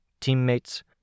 teammates